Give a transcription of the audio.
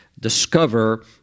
discover